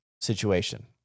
situation